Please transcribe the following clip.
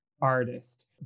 artist